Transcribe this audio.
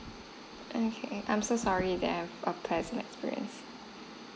okay I'm so sorry there's unpleasant experience